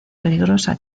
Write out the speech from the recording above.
peligrosa